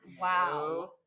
Wow